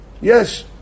yes